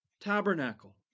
tabernacle